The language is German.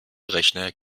rechner